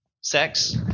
sex